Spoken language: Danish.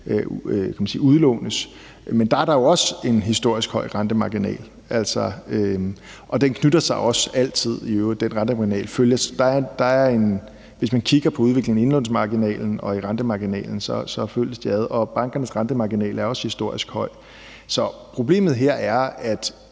udlånes. Men der er der jo også en historisk høj rentemarginal. Hvis man kigger på udviklingen for indlånsmarginalen og rentemarginalen, så følges de ad, og bankernes rentemarginal er også historisk høj. Så problemet her er, at